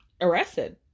arrested